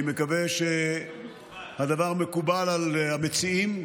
אני מקווה שהדבר מקובל על המציעים.